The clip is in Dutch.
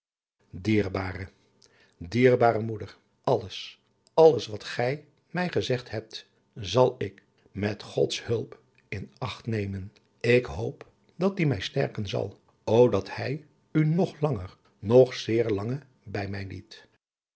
dierbare dierbare moeder alles alles wat gij mij mij gezegd hebt zal ik met gods hulp in acht nemen ik hoop dat die mij sterken zal o dat hij u nog langer nog zeer lange bij mij liet